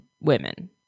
women